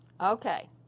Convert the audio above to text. okay